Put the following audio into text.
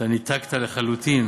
ניתקת לחלוטין